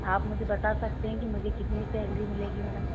आप मुझे बता सकते हैं कि मुझे कितनी सैलरी मिलेगी मैडम